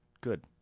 Good